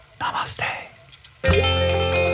Namaste